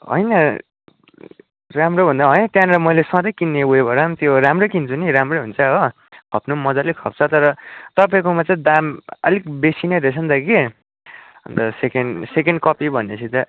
होइन राम्रो भन्दा होइन त्यहाँनेर मैले सधैँ किन्ने ऊ योबाट त्यो राम्रै किन्छु नि राम्रै हुन्छ हो खप्नु पनि मजाले खप्छ तर तपाईँकोमा चाहिँ दाम अलिक बेसी नै रहेछ नि त कि अन्त सेकेन्ड सेकेन्ड कपी भनेपछि त